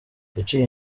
yaciye